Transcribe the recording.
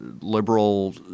liberal